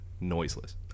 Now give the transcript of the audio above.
noiseless